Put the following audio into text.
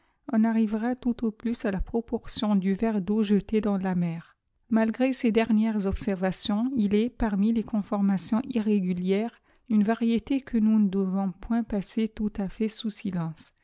on arrivera tout au plus à la proportion du verre d'eau jeté dans la mer malgré ses dernières observations il est parmi les eonfonvs irrégulières une variété qye ne devons point passer tout à fait sous silence